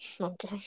Okay